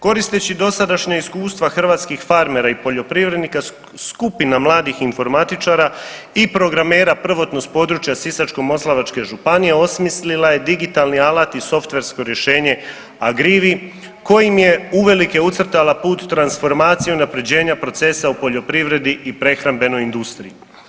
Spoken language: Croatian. Koristeći dosadašnja iskustva hrvatskih farmera i poljoprivrednika skupina mladih informatičara i programera prvotno s područja Sisačko-moslavačke županije osmislila je digitalni alat i softversko rješenje AGRIVI kojim je uvelike ucrtala put u transformaciju unaprjeđenja procesa u poljoprivredi i prehrambenoj industriji.